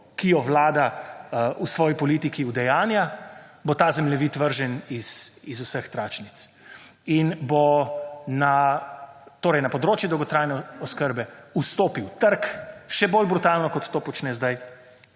ki jo vlada v svoji politiki udejanja, bo ta zemljevid vržen iz vseh tračnic. In bo torej na področje dolgotrajne oskrbe vstopil trg, še bolj brutalno kot to počne zdaj,